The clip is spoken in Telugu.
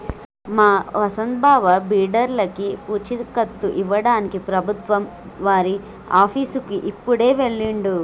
మా వసంత్ బావ బిడ్డర్లకి పూచీకత్తు ఇవ్వడానికి ప్రభుత్వం వారి ఆఫీసుకి ఇప్పుడే వెళ్ళిండు